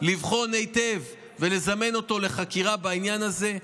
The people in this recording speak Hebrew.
לבחון היטב ולזמן אותו לחקירה בעניין הזה.